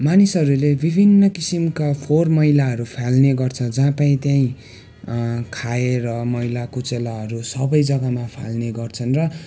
मानिसहरूले विभिन्न किसिमका फोहोर मैलाहरू फाल्ने गर्छन् जहाँ पायो त्यहीँ खाएर मैलाकुचेलाहरू सबै जग्गामा फाल्ने गर्छन् र